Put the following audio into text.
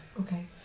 Okay